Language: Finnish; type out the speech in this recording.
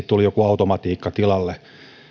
tuli joku automatiikka tilalle